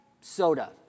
soda